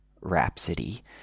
rhapsody